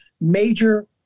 major